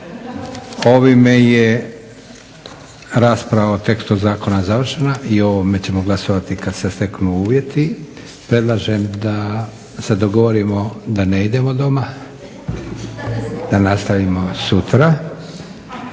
Ovime je rasprava o tekstu zakona završena i o ovome ćemo glasovati kad se steknu uvjeti. Predlažem da se dogovorimo da ne idemo doma, da nastavimo sutra.